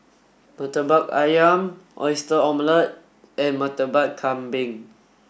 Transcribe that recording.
Murtabak Ayam Oyster Omelette and Murtabak Kambing